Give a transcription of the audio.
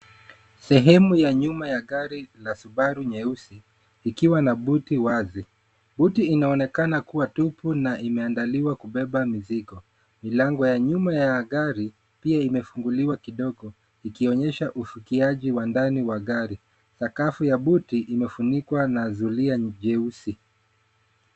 Sehemu ya nyuma ya gari la Subaru nyeusi likiwa na buti wazi. Buti inaonekana kuwa tupu na imeandaliwa kubeba mizigo. Milango ya nyuma ya gari pia imefunguliwa kidogo ikionyesha ufikiaji wa ndani wa gari. Sakafu ya buti imefunikwa na zulia jeusi.